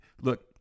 look